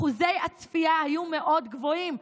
אחוזי הצפייה היו מאוד גבוהים.